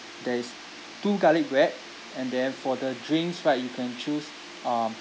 there is two garlic bread and then for the drinks right you can choose um